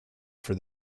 for